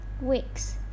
weeks